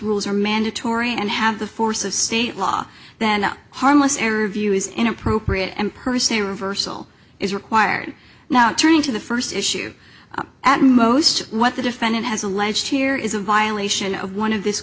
rules are mandatory and have the force of state law then a harmless error review is inappropriate and per se reversal is required now turning to the first issue at most what the defendant has alleged here is a violation of one of th